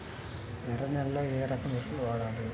ఎర్ర నేలలో ఏ రకం ఎరువులు వాడాలి?